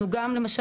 אנחנו גם פתחנו,